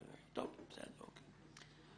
בבקשה.